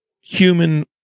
human